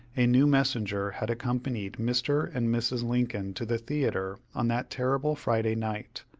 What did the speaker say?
a new messenger had accompanied mr. and mrs. lincoln to the theatre on that terrible friday night.